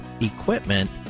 equipment